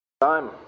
Time